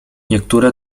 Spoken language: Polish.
niektóre